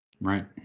right